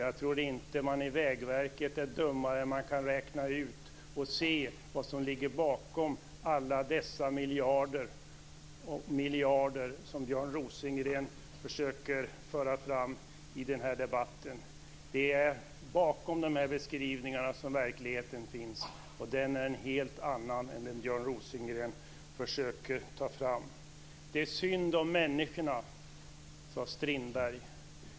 Jag tror inte att man på Vägverket är dummare än att man kan räkna ut och se vad som ligger bakom alla dessa miljarder som Björn Rosengren försöker föra fram i den här debatten. Det är bakom de här beskrivningarna som verkligheten finns, och den är en helt annan än den som Björn Rosengren försöker ta fram. Det är synd om människorna, sade Strindberg.